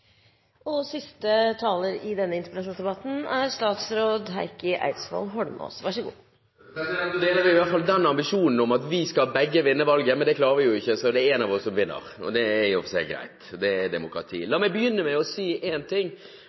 deler vi i hvert fall den ambisjonen om at vi begge skal vinne valget. Men det klarer vi jo ikke, så det er én av oss som vinner. Det er i og for seg greit, det er demokrati. La meg begynne med å si én ting: